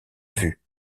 vue